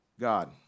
God